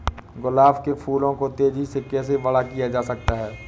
गुलाब के फूलों को तेजी से कैसे बड़ा किया जा सकता है?